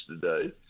today